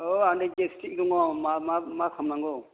औ आंनि गेसथिक दङ मा मा मा खालामनांगौ